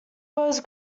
was